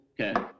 Okay